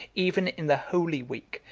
even in the holy week,